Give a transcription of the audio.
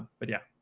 but yeah.